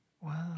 Wow